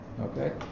Okay